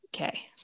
okay